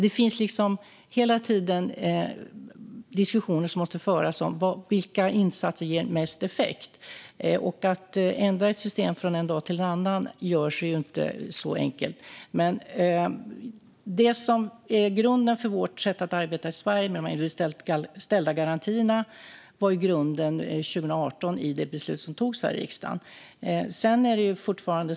Det måste alltså hela tiden föras diskussioner om vilka insatser som ger mest effekt. Att ändra ett system från en dag till en annan är inte så enkelt att göra. Grunden för vårt sätt att arbeta i Sverige med de ställda garantierna fattades det beslut om i riksdagen 2018.